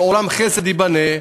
ועולם חסד ייבנה,